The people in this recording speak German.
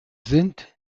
sind